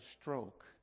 stroke